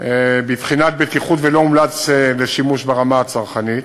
בבחינת בטיחות, ולא הומלץ לשימוש ברמה הצרכנית.